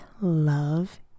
love